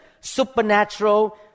supernatural